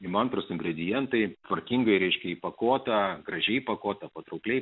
įmantrūs ingredientai tvarkingai ryškiai pakuota gražiai įpakuota patraukliai